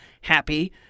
happy